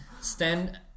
stand